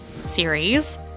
series